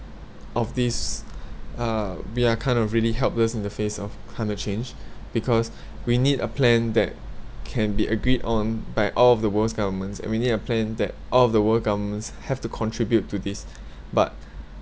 of these uh we are kind of really helpless in the face of climate change because we need a plan that can be agreed on by all of the world's governments and we need a plan that all of the world governments have to contribute to these but